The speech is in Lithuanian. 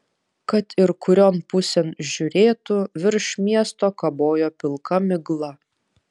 kad ir kurion pusėn žiūrėtų virš miesto kabojo pilka migla